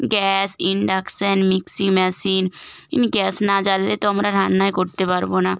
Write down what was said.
gas induction mixie machine ইন gas না জ্বাললে তো আমরা রান্নাই করতে পারব না